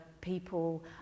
people